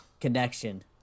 connection